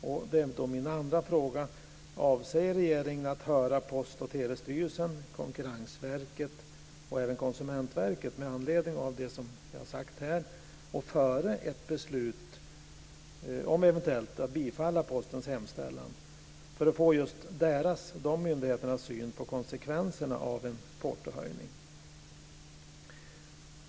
Då är min andra fråga: Avser regeringen att höra Postoch telestyrelsen, Konkurrensverket och även Konsumentverket med anledning av vad jag har sagt här och före ett beslut om att eventuellt bifalla Postens hemställan för att få just de myndigheternas syn på konsekvenserna av en portohöjning?